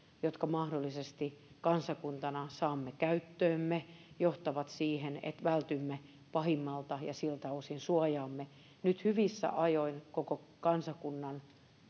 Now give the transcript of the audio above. jotka mahdollisesti kansakuntana saamme käyttöömme johtavat siihen että vältymme pahimmalta siltä osin suojaamme nyt hyvissä ajoin koko kansakunnan